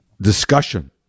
discussion